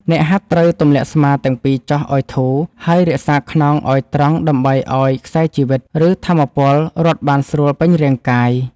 អ្នកហាត់ត្រូវទម្លាក់ស្មាទាំងពីរចុះឱ្យធូរ ហើយរក្សាខ្នងឱ្យត្រង់ដើម្បីឱ្យខ្សែជីវិត ឬថាមពលរត់បានស្រួលពេញរាងកាយ។